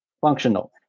functional